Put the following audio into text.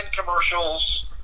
commercials